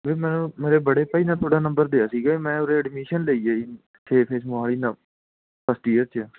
ਵੀਰ ਮੈਂ ਮੇਰੇ ਬੜੇ ਭਾਈ ਨੇ ਤੁਹਾਡਾ ਨੰਬਰ ਦਿਆ ਸੀਗਾ ਮੈਂ ਉਰੇ ਐਡਮੀਸ਼ਨ ਲਈ ਹੈ ਜੀ ਛੇ ਫੇਜ ਮੋਹਾਲੀ ਫਸਟ ਈਅਰ 'ਚ